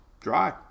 dry